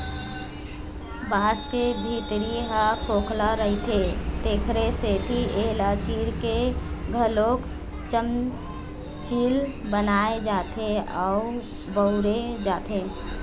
बांस के भीतरी ह खोखला रहिथे तेखरे सेती एला चीर के घलोक चमचील बनाए जाथे अउ बउरे जाथे